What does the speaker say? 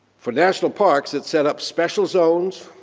for national parks it set up special zones,